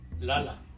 lala